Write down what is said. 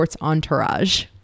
Entourage